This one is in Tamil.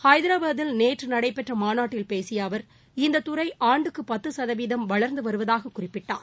ஹைராபாத்தில் நேற்று நடைபெற்ற மாநாட்டில் பேசிய அவர் இந்த துறை ஆண்டுக்கு பத்து சதவீதம் வளர்ந்து வருவதாகக் குறிப்பிட்டார்